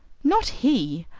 not he!